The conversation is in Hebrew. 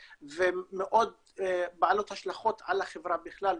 ומאוד בעלות השלכות על החברה בכלל,